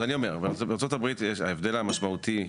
אבל בארה"ב ההבדל המשמעותי,